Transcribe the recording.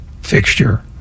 fixture